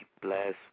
bless